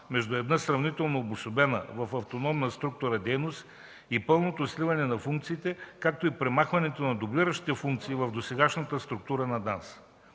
между една сравнително обособена в автономна структура дейност и пълното сливане на функциите, както и премахването на дублиращите функции в досегашната структура на ДАНС.